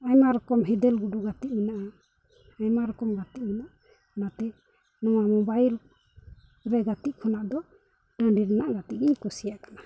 ᱟᱭᱢᱟ ᱨᱚᱠᱚᱢ ᱦᱮᱸᱫᱮᱞ ᱜᱩᱰᱩ ᱜᱟᱛᱮᱜ ᱢᱮᱱᱟᱜᱼᱟ ᱟᱭᱢᱟ ᱨᱚᱠᱚᱢ ᱜᱟᱛᱮᱜ ᱢᱮᱱᱟᱜᱼᱟ ᱚᱱᱟᱛᱮ ᱱᱚᱣᱟ ᱢᱳᱵᱟᱭᱤᱞ ᱨᱮ ᱜᱟᱛᱮᱜ ᱠᱷᱚᱱᱟᱜ ᱫᱚ ᱴᱟᱺᱰᱤ ᱨᱮᱱᱟᱜ ᱜᱟᱛᱮᱜ ᱜᱤᱧ ᱠᱩᱥᱤᱭᱟᱜ ᱠᱟᱱᱟ